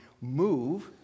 move